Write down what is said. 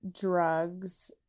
drugs